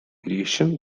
eurasian